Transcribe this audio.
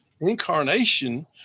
Incarnation